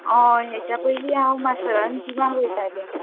हय हेच्या पयलीं हांव माशेलांत जिमाक वयतालें